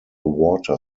water